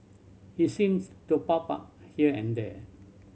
he seems to pop up here and there